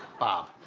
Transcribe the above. bob.